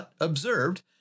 observed